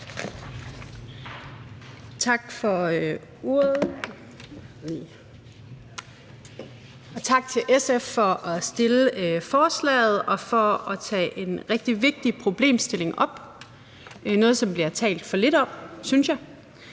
Tak for ordet, og tak til SF for at fremsætte forslaget og for at tage en rigtig vigtig problemstilling op. Det er noget, som der bliver talt for lidt om, synes jeg.